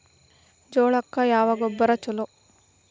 ಜೋಳಕ್ಕ ಯಾವ ಗೊಬ್ಬರ ಛಲೋ?